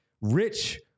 Rich